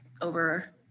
over